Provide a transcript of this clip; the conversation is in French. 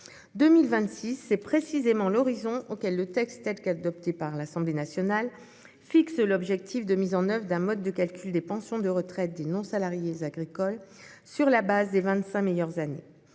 2026 est précisément l'horizon auquel le texte, tel qu'il a été adopté par l'Assemblée nationale, fixe l'objectif de mise en oeuvre d'un mode de calcul des pensions de retraite des non-salariés agricoles en fonction des vingt-cinq meilleures années.